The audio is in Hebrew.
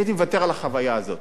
אני הייתי מוותר על החוויה הזאת.